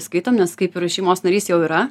skaitom nes kaip ir šeimos narys jau yra